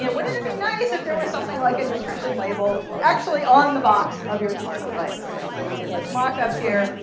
you know wouldn't it be nice if there were something like a nutrition label actually on the box of your smart device? so we did this mockup here.